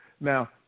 Now